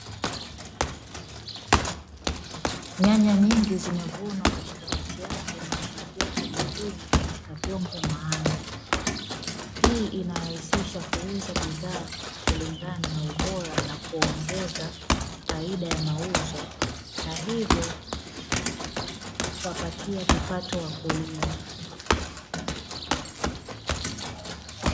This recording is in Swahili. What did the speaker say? Nyanya nyingi zimevunwa katika miti yake na kupakiwa kwa vyombo maalumu. Hii inarahisisha kuuza bidhaa kulingana na ubora na kuongeza faida ya mauzo, na hivyo kuwapatia kipato wakulima.